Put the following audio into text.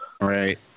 right